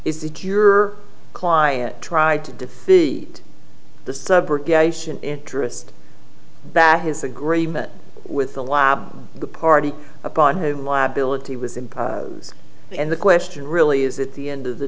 is that your client tried to defeat the subrogation interest back his agreement with the lab the party upon whom liability was imposed and the question really is at the end of the